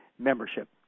membership